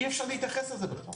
אי אפשר להתייחס לזה בכלל.